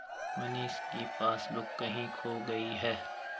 मनीष की पासबुक कहीं खो गई है